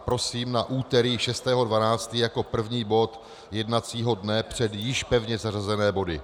Prosím na úterý 6. 12. jako první bod jednacího dne před již pevně zařazené body.